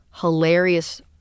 hilarious